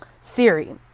Siri